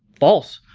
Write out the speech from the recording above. false.